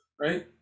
right